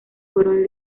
fueron